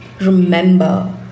remember